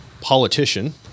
politician